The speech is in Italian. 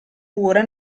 pure